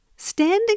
standing